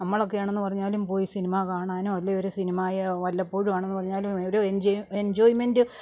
നമ്മൾ ഒക്കെയാണെന്ന് പറഞ്ഞാലും പോയി സിനിമ കാണാനും അല്ലെങ്കിൽ ഒരു സിനിമായെ വല്ലപ്പോഴും ആണെന്ന് പറഞ്ഞാലും ഒരു എഞ്ചോയ്മെൻറ്റ്